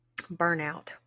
Burnout